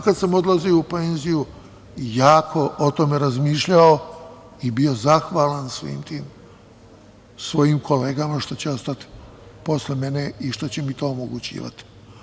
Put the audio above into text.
Kada sam odlazio u penziju jako sam o tome razmišljao i bio zahvalan svim tim svojim kolegama što će ostati posle mene i što će mi to omogućivati.